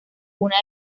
una